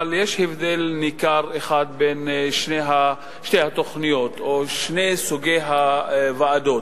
אבל יש הבדל ניכר אחד בין שתי התוכניות או שני סוגי הוועדות.